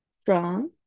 strong